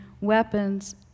weapons